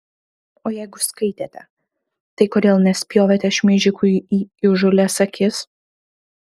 o jeigu skaitėte tai kodėl nespjovėte šmeižikui į įžūlias akis